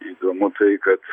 įdomu tai kad